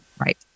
Right